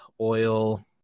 oil